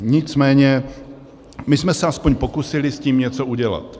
Nicméně my jsme se aspoň pokusili s tím něco udělat.